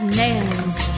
nails